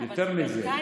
יותר מזה,